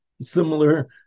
similar